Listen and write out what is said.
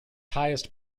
highest